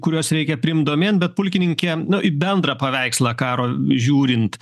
kuriuos reikia priimt domėn bet pulkininke nu į bendrą paveikslą karo žiūrint